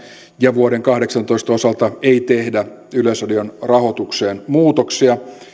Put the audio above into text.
ja vuoden kahdeksantoista osalta ei tehdä yleisradion rahoitukseen muutoksia ja